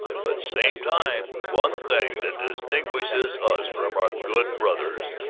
but same time, one thing that distinguishes us from our good brothers,